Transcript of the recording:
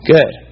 Good